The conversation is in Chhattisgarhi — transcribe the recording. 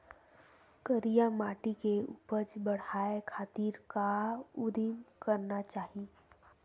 करिया माटी के उपज बढ़ाये खातिर का उदिम करना चाही?